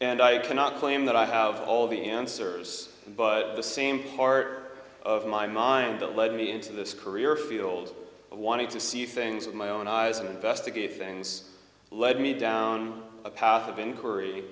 and i cannot claim that i have all the answers but the same part of my mind that led me into this career field wanted to see things with my own eyes and investigate things lead me down a path of inquiry